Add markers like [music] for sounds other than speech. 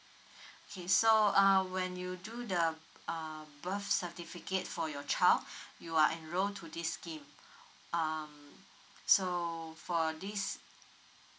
[breath] okay so uh when you do the uh birth certificate for your child [breath] you are enroll to this scheme um so for this